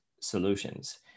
solutions